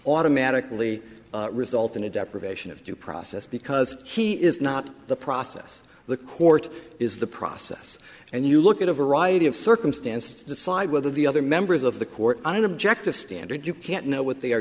automatically result in a deprivation of due process because he is not the process the court is the process and you look at a variety of circumstances to decide whether the other members of the court on an objective standard you can't know what they are